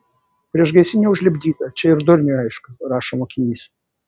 priešgaisrinė užlipdyta čia ir durniui aišku rašo mokinys